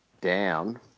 down